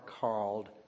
called